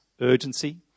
urgency